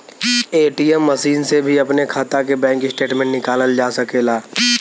ATM machine से भी अपने खाता के बैंक स्टेटमेंट निकालल जा सकेला